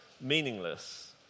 meaningless